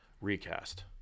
recast